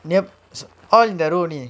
all the road